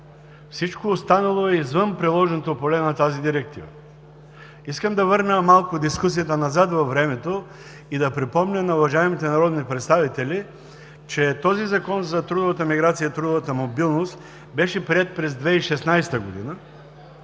Всичко останало е извън приложното поле на тази директива. Искам да върна малко дискусията назад във времето и да припомня на уважаемите народни представители, че Законът за трудовата миграция и трудовата мобилност беше приет през 2016 г.